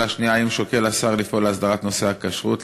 2. האם שוקל השר לפעול להסדיר את נושא הכשרות,